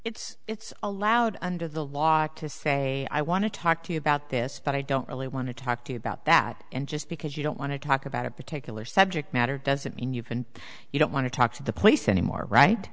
it's it's allowed under the law to say i want to talk to you about this but i don't really want to talk to you about that and just because you don't want to talk about a particular subject matter doesn't mean you have and you don't want to talk to the place anymore right